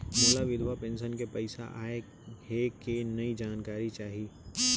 मोला विधवा पेंशन के पइसा आय हे कि नई जानकारी चाही?